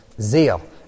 zeal